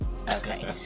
Okay